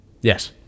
yes